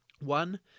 One